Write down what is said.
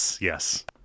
yes